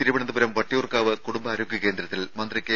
തിരുവനന്തപുരം വട്ടിയൂർകാവ് കുടുംബാരോഗ്യ കേന്ദ്രത്തിൽ മന്ത്രി കെ